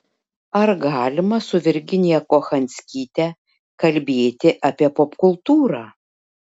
ar galima su virginija kochanskyte kalbėti apie popkultūrą